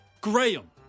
Graham